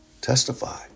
Testify